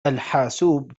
الحاسوب